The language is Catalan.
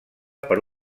per